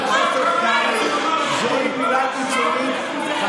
אצלך בתל אביב פחות מתגייסים, מאשר בציונות הדתית.